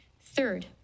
Third